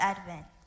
Advent